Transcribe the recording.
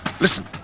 Listen